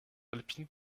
alpine